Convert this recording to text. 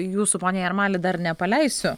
jūsų pone jarmali dar nepaleisiu